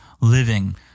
living